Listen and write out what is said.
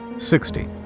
sixty.